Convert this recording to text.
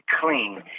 clean